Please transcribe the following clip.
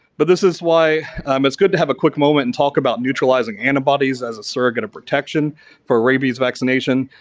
but, this is why um it's good to have a quick moment and talk about neutralizing antibodies as a surrogate of protection for rabies vaccination.